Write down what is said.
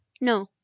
no